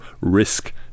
risk